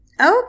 Okay